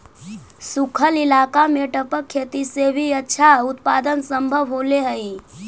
सूखल इलाका में टपक खेती से भी अच्छा उत्पादन सम्भव होले हइ